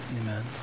Amen